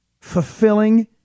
fulfilling